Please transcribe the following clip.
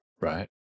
right